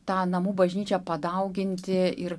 tą namų bažnyčią padauginti ir